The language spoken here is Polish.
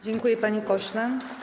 Dziękuję, panie pośle.